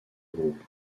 groupe